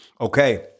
Okay